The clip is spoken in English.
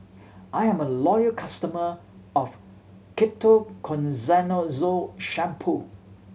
I'm a loyal customer of Ketoconazole Shampoo